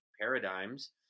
paradigms